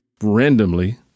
randomly